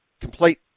complete